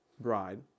bride